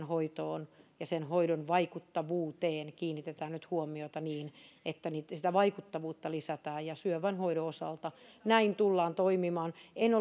hoitoon ja sen hoidon vaikuttavuuteen kiinnitetään nyt huomiota niin että sitä vaikuttavuutta lisätään ja syövän hoidon osalta näin tullaan toimimaan en